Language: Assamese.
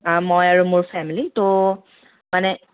মই আৰু মোৰ ফেমিলী ত' মানে